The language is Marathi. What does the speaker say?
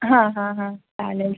हां हां हां चालेल